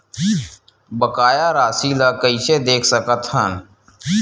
बकाया राशि ला कइसे देख सकत हान?